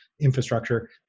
Infrastructure